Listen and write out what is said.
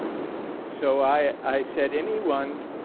so i i said anyone,